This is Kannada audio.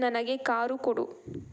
ನನಗೆ ಕಾರು ಕೊಡು